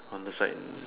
on the side lah